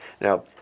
Now